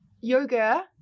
yoga